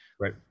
Right